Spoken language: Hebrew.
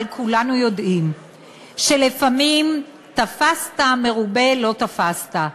אבל כולנו יודעים שלפעמים, תפסת מרובה לא תפסת.